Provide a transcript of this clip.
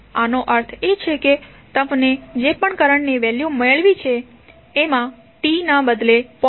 આનો અર્થ એ છે કે તમને જે પણ કરંટની વેલ્યુ મેળી છે એમાં t ના બદલે 0